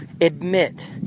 admit